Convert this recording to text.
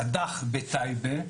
בסד"ח בטייבה,